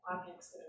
objects